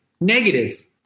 negative